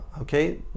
Okay